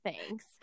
thanks